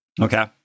Okay